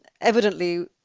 Evidently